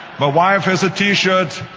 but wife has a t-shirt,